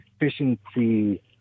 efficiency